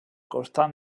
costat